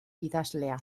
idazlea